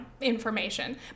information